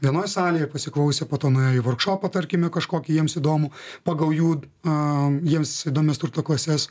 vienoj salėje pasiklausė po nuėjo į vorkšopą tarkime kažkokį jiems įdomų pagal jų aaa jiems įdomias turto klases